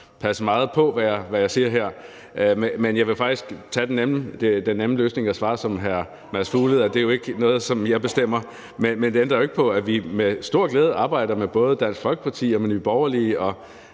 passe meget på med, hvad jeg siger her. Men jeg vil faktisk tage den nemme løsning og svare som hr. Mads Fuglede: at det jo ikke er noget, som jeg bestemmer. Men det ændrer jo ikke på, at vi med stor glæde arbejder med både Dansk Folkeparti og Nye Borgerlige. Og